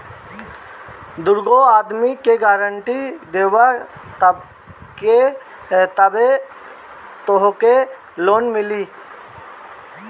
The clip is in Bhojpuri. दूगो आदमी के गारंटी देबअ तबे तोहके लोन मिली